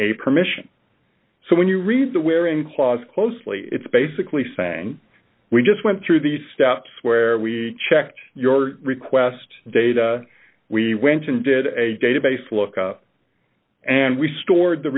a permission so when you read the where in clause closely it's basically saying we just went through the steps where we checked your request data we went and did a database look up and we stored the